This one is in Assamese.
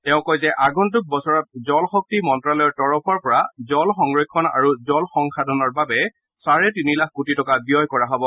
তেওঁ কয় যে আগন্তুক বছৰত জল শক্তি মন্ত্যালয়ৰ তৰফৰ পৰা জল সংৰক্ষণ আৰু জল সংসাধনৰ বাবে চাৰে তিনিলাখ কোটি টকা ব্যয় কৰা হব